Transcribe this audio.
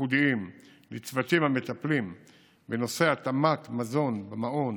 ייחודיים לצוותים המטפלים בנושא התאמת מזון במעון